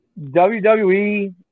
WWE